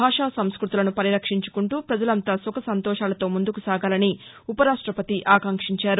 భాషా సంస్థతులను పరిరక్షించుకుంటూ ప్రజలంతా సుఖసంతోషాలతో ముందుకు సాగాలని ఉపరాష్టపతి ఆకాంక్షించారు